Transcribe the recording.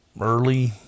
Early